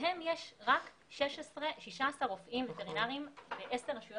מהם יש רק 16 רופאים וטרינרים מ-10 רשויות